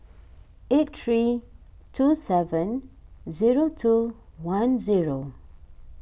eight three two seven zero two one zero